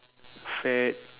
fat